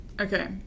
Okay